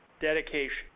dedication